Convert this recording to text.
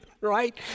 right